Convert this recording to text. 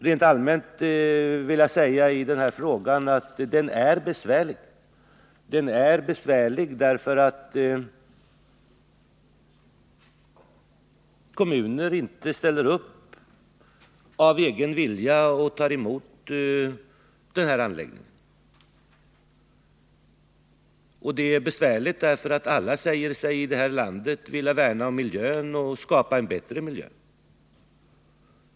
Rent allmänt vill jag säga att denna fråga är besvärlig, eftersom kommuner inte av egen vilja ställer upp och tar emot den här anläggningen. Alla säger sig här i landet vilja värna om miljön och skapa en bättre miljö.